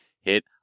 hit